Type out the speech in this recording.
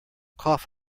cough